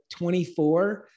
24